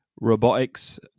robotics